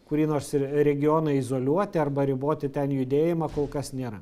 kurį nors ir regioną izoliuoti arba riboti ten judėjimą kol kas nėra